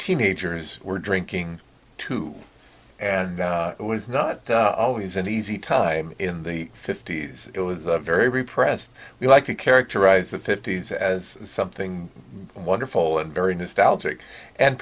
teenagers were drinking too and it was not always an easy time in the fifty's it was very repressed we like to characterize the fifty's as something wonderful and very